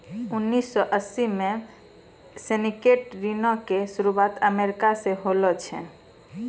उन्नीस सौ अस्सी मे सिंडिकेटेड ऋणो के शुरुआत अमेरिका से होलो छलै